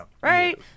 right